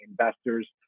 investors